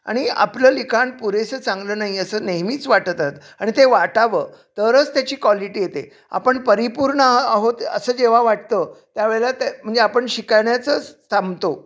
आणि आपलं लिखाण पुरेसं चांगलं नाही असं नेहमीच वाटतात आणि ते वाटावं तरच त्याची क्वालिटी येते आपण परिपूर्ण आहोत असं जेव्हा वाटतं त्यावेळेला ते म्हणजे आपण शिकण्याचंच थांबतो